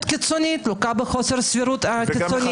קיצונית לוקה בחוסר סבירות קיצונית.